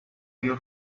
you